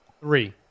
Three